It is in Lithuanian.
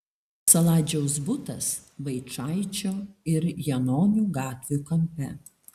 saladžiaus butas vaičaičio ir janonių gatvių kampe